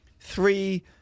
three